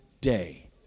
day